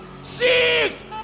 Six